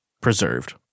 preserved